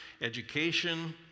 education